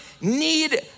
need